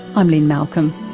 i'm lynne malcolm.